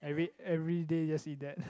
every everyday just eat that